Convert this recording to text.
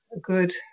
good